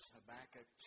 Habakkuk